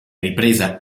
ripresa